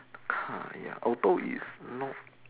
car ya auto is not